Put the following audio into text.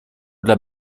dla